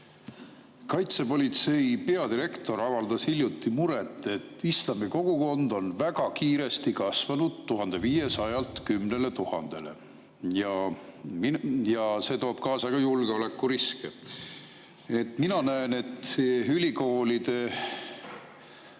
Kaitsepolitsei peadirektor avaldas hiljuti muret, et islami kogukond on väga kiiresti kasvanud, 1500‑lt 10 000‑le, ja see toob kaasa ka julgeolekuriske. Mina näen, et see ülikoolide